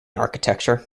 architecture